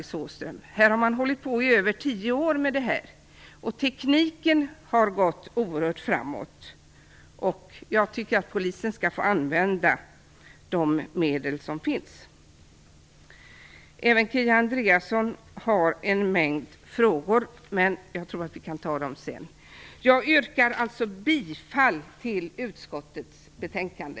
Man har hållit på med detta i över tio år. Tekniken har kommit oerhört långt, och jag tycker att polisen skall få använda de medel som finns. Jag tror att jag får vänta med Kia Andreassons frågor. Jag yrkar alltså bifall till hemställan i utskottets betänkande.